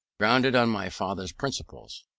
grounded on my father's principles.